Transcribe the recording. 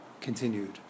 continued